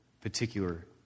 Particular